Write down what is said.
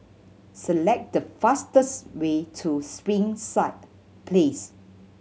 select the fastest way to Springside Place